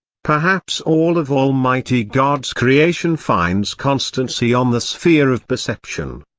perhaps all of almighty god's creation finds constancy on the sphere of perception,